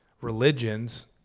religions